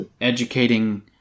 educating